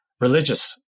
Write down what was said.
religious